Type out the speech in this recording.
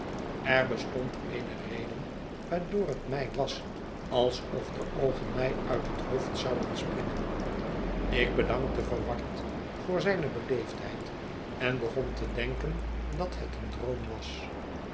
er bestond eene reden waardoor het mij was alsof de oogen mij uit het hoofd zouden springen ik bedankte verward voor zijne beleefdheid en begon te denken dat het een droom was